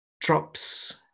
drops